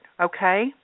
Okay